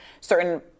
certain